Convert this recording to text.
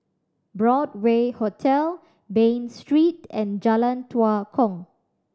Broadway Hotel Bain Street and Jalan Tua Kong